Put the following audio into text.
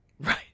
Right